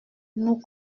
nous